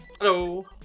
Hello